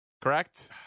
Correct